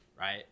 right